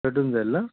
तटून जाईल ना